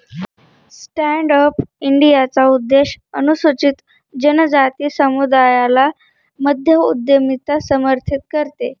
stand up इंडियाचा उद्देश अनुसूचित जनजाति समुदायाला मध्य उद्यमिता समर्थित करते